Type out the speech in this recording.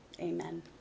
Amen